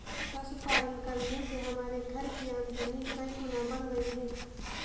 पशुपालन करने से हमारे घर की आमदनी कई गुना बढ़ गई है